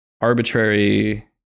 arbitrary